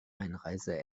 einreise